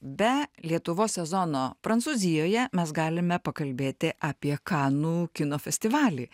be lietuvos sezono prancūzijoje mes galime pakalbėti apie kanų kino festivalį